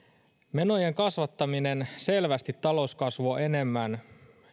menojen kasvattaminen selvästi talouskasvua enemmän